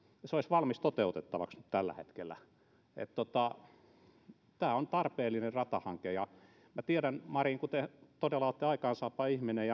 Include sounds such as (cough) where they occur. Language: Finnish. ja se olisi valmis toteutettavaksi nyt tällä hetkellä tämä on tarpeellinen ratahanke kun minä tiedän marin että te todella olette aikaansaapa ihminen (unintelligible)